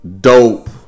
Dope